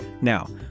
Now